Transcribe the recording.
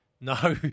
No